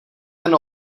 ten